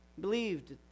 Believed